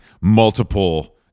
multiple